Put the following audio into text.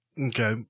Okay